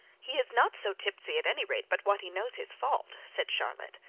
he is not so tipsy, at any rate, but what he knows his fault said charlotte.